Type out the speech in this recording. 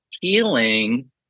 healing